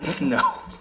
No